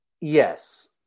Yes